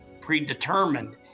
predetermined